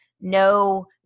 no